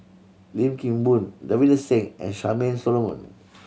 Lim Kim Boon Davinder Singh and Charmaine Solomon